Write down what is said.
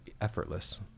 effortless